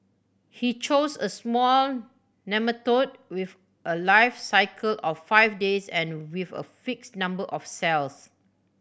he chose a small nematode with a life cycle of five days and with a fixed number of cells